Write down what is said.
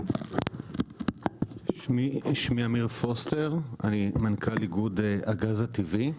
אני מנכ"ל איגוד הגז הטבעי.